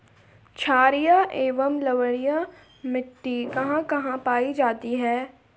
छारीय एवं लवणीय मिट्टी कहां कहां पायी जाती है?